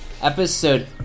episode